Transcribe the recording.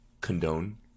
condone